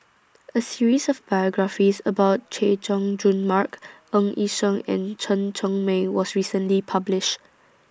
A series of biographies about Chay Jung Jun Mark Ng Yi Sheng and Chen Cheng Mei was recently published